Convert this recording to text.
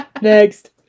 Next